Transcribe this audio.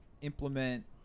implement